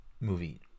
movie